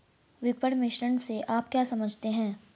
विपणन मिश्रण से आप क्या समझते हैं?